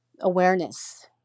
awareness